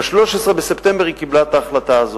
ב-13 בספטמבר היא קיבלה את ההחלטה הזאת.